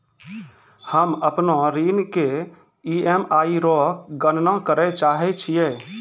हम्म अपनो ऋण के ई.एम.आई रो गणना करैलै चाहै छियै